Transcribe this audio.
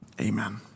Amen